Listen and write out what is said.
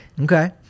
okay